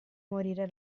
morire